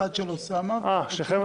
אחת של אוסאמה ואחת שלי.